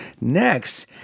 Next